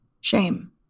Shame